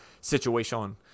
situation